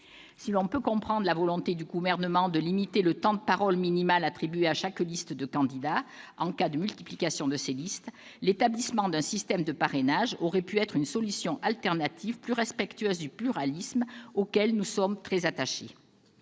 Si l'on peut comprendre la volonté du Gouvernement de limiter le temps de parole minimal attribué à chaque liste de candidats quand de telles listes se multiplient, l'établissement d'un système de parrainage aurait pu constituer une solution alternative, plus respectueuse du pluralisme auquel nous sommes très attachés.